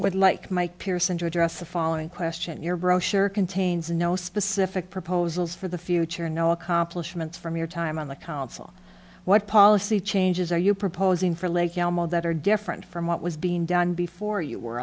would like mike pearson to address the following question your brochure contains no specific proposals for the future no accomplishments from your time on the council what policy changes are you proposing for that are different from what was being done before you were